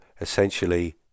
essentially